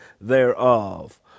thereof